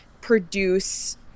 produce